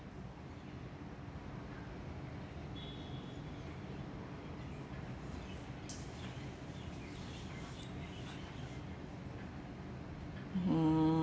mm